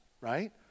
right